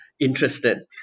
interested